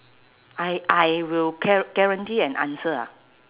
I I will gua~ guarantee an answer ah